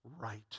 right